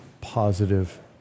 positive